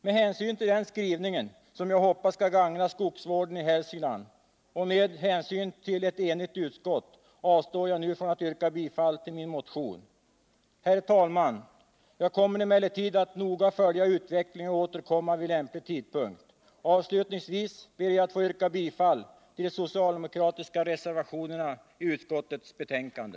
Med hänsyn till den skrivningen, som jag hoppas skall gagna skogsvården i Hälsingland, och med hänsyn till att utskottet på denna punkt är enigt avstår jag nu från att yrka bifall till min motion. Herr talman! Jag kommer emellertid att noga följa utvecklingen och återkomma vid lämplig tidpunkt. Avslutningsvis ber jag att få yrka bifall till de socialdemokratiska reservationerna i utskottets betänkande.